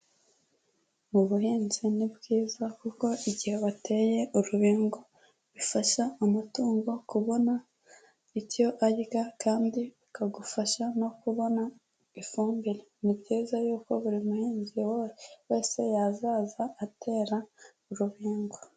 Ubuhinzi ni bwiza kuko igihe wateye urubingo bifasha amatungo kubona icyo arya kandi bikagufasha no kubona ifumbire, ni byiza yuko buri muhinzi wese yazaza atera urubingo.